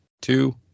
two